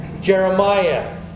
Jeremiah